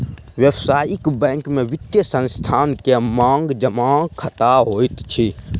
व्यावसायिक बैंक में वित्तीय संस्थान के मांग जमा खता होइत अछि